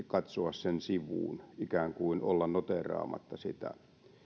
katsoa sen sivuun ikään kuin olla noteeraamatta sitä